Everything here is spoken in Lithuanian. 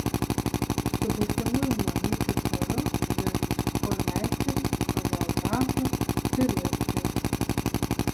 su būsimųjų mamyčių choru dirbs chormeisteris choreografas stilistai